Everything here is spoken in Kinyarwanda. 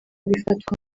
bifatwa